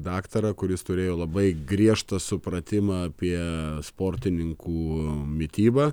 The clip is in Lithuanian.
daktarą kuris turėjo labai griežtą supratimą apie sportininkų mitybą